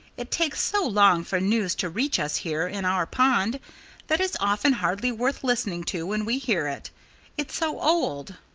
it takes so long for news to reach us here in our pond that it's often hardly worth listening to when we hear it it's so old.